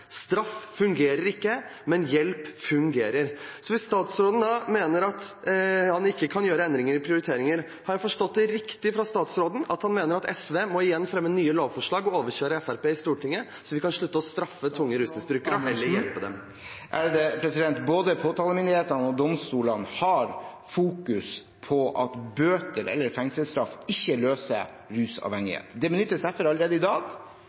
Straff fungerer ikke, men hjelp fungerer. Så hvis statsråden da mener at han ikke kan gjøre endringer i prioriteringer: Har jeg forstått statsråden riktig – mener han at SV igjen må fremme nye lovforslag og overkjøre Fremskrittspartiet i Stortinget, slik at vi kan slutte å straffe tunge rusmisbrukere og heller hjelpe dem? Både påtalemyndighetene og domstolene fokuserer på at bøter eller fengselsstraff ikke løser rusavhengighet. Derfor benyttes allerede i dag